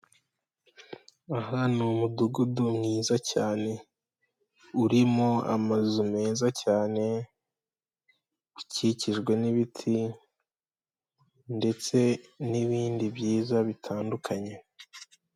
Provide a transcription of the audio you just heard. Aha ni umudugudu mwiza cyane urimo amazu meza cyane ukikijwe n'ibiti ndetse n'ibindi byiza bitandukanye.